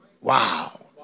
Wow